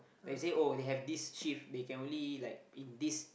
but it say oh they have this shift they can only like in this